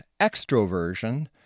extroversion